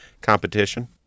Competition